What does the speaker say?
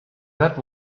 that